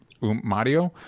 Mario